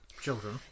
children